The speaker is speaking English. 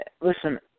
Listen